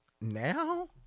now